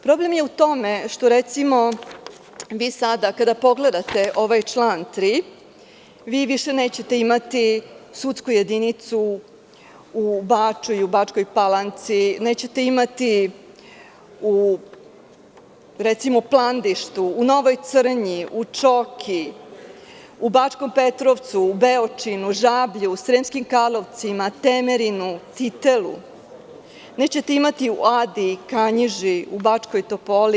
Problem je u tome što recimo, vi sada kada pogledate ovaj član 3, vi više nećete imati sudsku jedinicu u Bačui u Bačkoj Palanci, nećete imati recimo u Plandištu, u Novoj Crnji, u Čoki, u Bačkom Petrovcu, u Beočinu, Žablju, Sremskim Karlovcima, Temerinu, Titelu, nećete imati u Adi, Kanjiži, u Bačkoj Topoli.